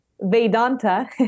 Vedanta